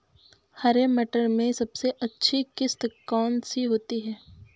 हरे मटर में सबसे अच्छी किश्त कौन सी होती है?